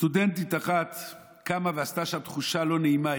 סטודנטית אחת קמה ועשתה שם תחושה לא נעימה.